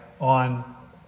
on